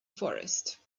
forest